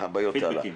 הבעיות הלאה.